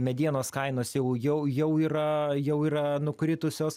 medienos kainos jau jau jau yra jau yra nukritusios